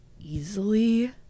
easily